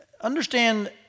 Understand